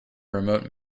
remote